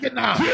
now